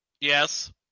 Yes